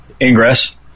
Ingress